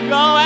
go